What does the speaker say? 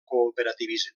cooperativisme